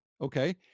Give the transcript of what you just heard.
okay